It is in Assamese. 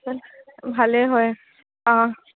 ভালেই হয় অ